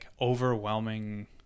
overwhelming